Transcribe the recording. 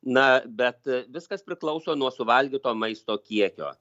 na bet viskas priklauso nuo suvalgyto maisto kiekio